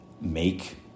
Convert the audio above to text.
make